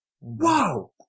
Wow